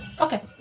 Okay